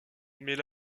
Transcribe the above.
mais